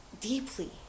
deeply